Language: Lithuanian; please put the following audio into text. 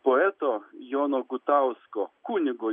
poeto jono gutausko kunigo